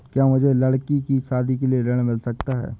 क्या मुझे लडकी की शादी के लिए ऋण मिल सकता है?